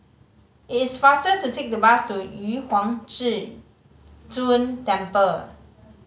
it is faster to take the bus to Yu Huang Zhi Zun Temple